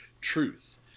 truth